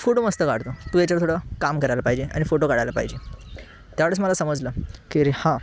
तू photo मस्त काढतो तू याच्यावर थोडं काम करायला पाहिजे आणि फोटो काढायला पाहिजे त्यावेळेस मला समजलं की अरे हां